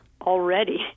already